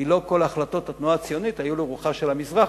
כי לא כל החלטות התנועה הציונית היו לרוחה של "המזרחי".